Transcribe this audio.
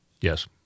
Yes